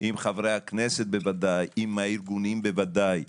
עם חברי הכנסת בוודאי, עם הארגונים בוודאי.